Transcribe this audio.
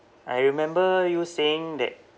I remember you saying that